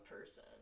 person